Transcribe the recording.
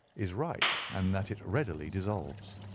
is right, and that it readily dissolves.